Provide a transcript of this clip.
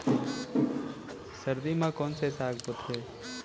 सर्दी मा कोन से साग बोथे?